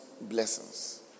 blessings